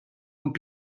would